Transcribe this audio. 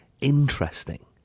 interesting